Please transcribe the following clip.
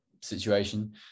situation